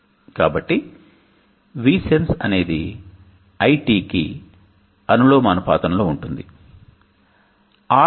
కాబట్టి VSENSE అనేది iT కి అనులోమానుపాతంలో ఉంటుందిT